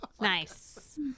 Nice